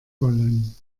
wollen